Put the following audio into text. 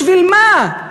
בשביל מה?